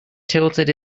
tilted